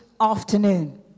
afternoon